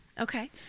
Okay